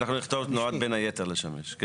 אנחנו נכתוב נועד בין היתר לשמש.